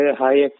high